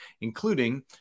including